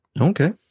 Okay